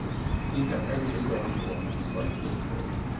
who seemed to have everything going for him when he started first grade.